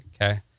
Okay